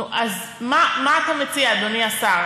נו, אז מה אתה מציע, אדוני השר?